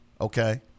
okay